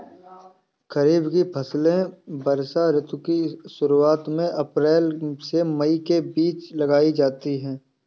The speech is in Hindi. खरीफ की फसलें वर्षा ऋतु की शुरुआत में अप्रैल से मई के बीच बोई जाती हैं